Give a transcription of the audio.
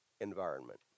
environment